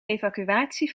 evacuatie